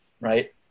right